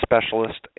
specialist